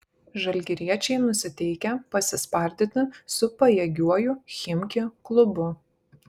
žalgiriečiai nusiteikę pasispardyti su pajėgiuoju chimki klubu